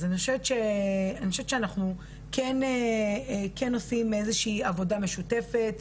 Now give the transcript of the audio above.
אז אני חושבת שאנחנו כן עושים איזושהי עבודה משותפת,